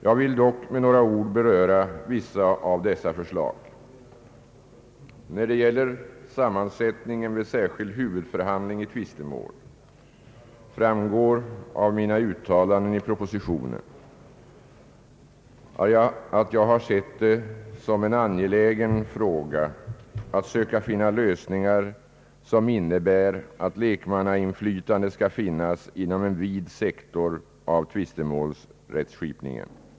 Jag vill dock med några ord beröra vissa av dessa förslag. När det gäller sammansättningen vid särskild huvudförhandling i tvistemål framgår av mina uttalanden i propositionen att jag har sett det som en angelägen fråga att söka finna lösningar som innebär att lekmannaninflytande skall finnas inom en vid sektor av tvistemålsrättskipningen.